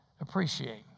Appreciate